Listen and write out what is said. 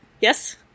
Yes